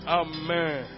amen